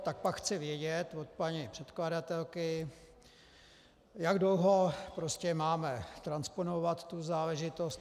Pak chci vědět od paní předkladatelky, jak dlouho prostě máme transponovat tu záležitost.